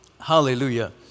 Hallelujah